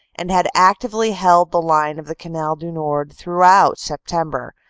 and had actively held the line of the canal du nord through out september,